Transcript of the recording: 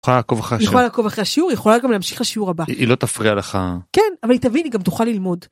תוכל לעקוב אחרי השיעור, יכולה לעקוב אחרי השיעור, יכולה גם להמשיך שיעור הבא היא לא תפריע לך כן אבל היא תבין, היא גם תוכל ללמוד.